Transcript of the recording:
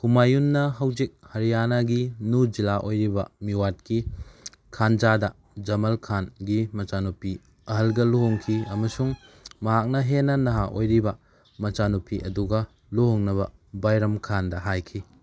ꯍꯨꯃꯥꯌꯨꯟꯅ ꯍꯧꯖꯤꯛ ꯍꯔꯤꯌꯥꯅꯥꯒꯤ ꯅꯨꯔ ꯖꯤꯂꯥ ꯑꯣꯏꯔꯤꯕ ꯃꯤꯋꯥꯠꯀꯤ ꯈꯟꯖꯥꯗ ꯖꯃꯜ ꯈꯥꯟꯒꯤ ꯃꯆꯥꯅꯨꯄꯤ ꯑꯍꯜꯒ ꯂꯨꯍꯣꯡꯈꯤ ꯑꯃꯁꯨꯡ ꯃꯍꯥꯛꯅ ꯍꯦꯟꯅ ꯅꯍꯥ ꯑꯣꯏꯔꯤꯕ ꯃꯆꯥꯅꯨꯄꯤ ꯑꯗꯨꯒ ꯂꯨꯍꯣꯡꯅꯕ ꯕꯩꯔꯝ ꯈꯥꯟꯗ ꯍꯥꯏꯈꯤ